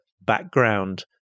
background